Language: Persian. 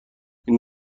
این